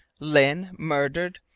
lyne murdered!